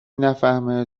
نفهمه